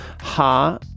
ha